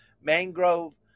mangrove